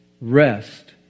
rest